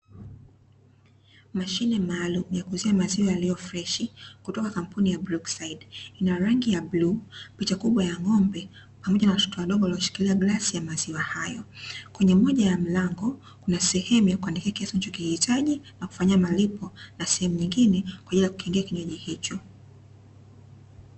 Mashine maalum ya kuuzia maziwa yaliyo freshi kutoka kampuni ya Brookside. Inarangi ya bluu, picha ya ng'ombe pamoja na watoto wadogo walioshika glasi ya maziwa hayo. Kwenye moja ya mlango kuna sehemu ya kuandikia kiasi unachohitaji na kufanya malipo na sehemu nyingine kwajili ya kukingia kinywaji hicho.